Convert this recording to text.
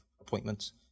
appointments